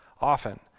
often